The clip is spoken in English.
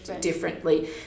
differently